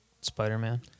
Spider-Man